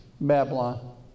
Babylon